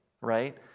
right